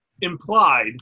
Implied